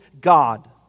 God